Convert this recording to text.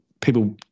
people –